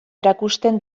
erakusten